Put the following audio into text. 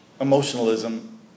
emotionalism